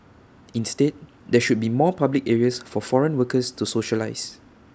instead there should be more public areas for foreign workers to socialise